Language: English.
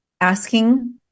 asking